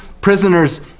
prisoners